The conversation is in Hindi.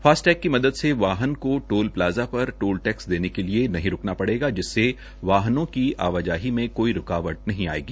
फासट टैग के मदद से वाहन को टोल प्लाजा पर टोल टैक्स देने के लिए नहीं रूकता पड़ेगा जिससे वाहनों की आवाजाई में कोई रूकावट नहीं आयेगी